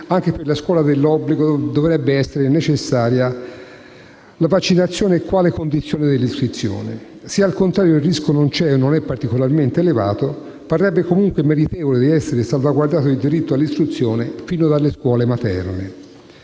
anche per la scuola dell'obbligo dovrebbe essere necessaria la vaccinazione quale condizione dell'iscrizione. Se, al contrario, il rischio non c'è o non è particolarmente elevato, parrebbe comunque meritevole di essere salvaguardato il diritto all'istruzione fin dalla scuola materna.